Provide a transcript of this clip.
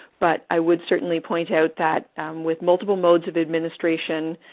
but i would certainly point out that with multiple modes of administration,